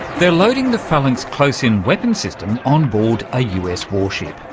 they're loading the phalanx close-in weapons system on board a us warship,